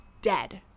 dead